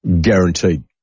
guaranteed